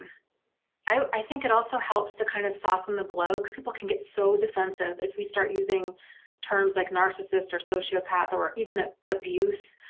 i think it also helps to kind of soften the blow people can get so defensive if we start using terms like narcissist or sociopath or even ah abuse,